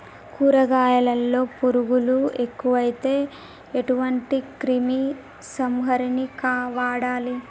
కూరగాయలలో పురుగులు ఎక్కువైతే ఎటువంటి క్రిమి సంహారిణి వాడాలి?